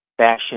fashion